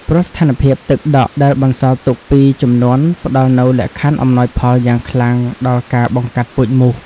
ព្រោះស្ថានភាពទឹកដក់ដែលបន្សល់ទុកពីជំនន់ផ្តល់នូវលក្ខខណ្ឌអំណោយផលយ៉ាងខ្លាំងដល់ការបង្កាត់ពូជមូស។